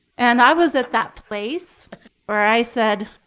and i was at that place where i said,